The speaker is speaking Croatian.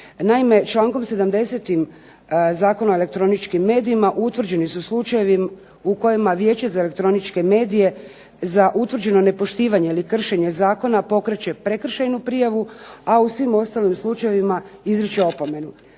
Naime, člankom 70. Zakona o elektroničkim medijima utvrđeni su slučajevi u kojima Vijeće za elektroničke medije za utvrđeno nepoštivanje ili kršenje zakona pokreće prekršajnu prijavu a u svim ostalim slučajevima izriče opomenu.